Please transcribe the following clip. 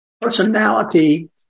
personality